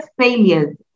failures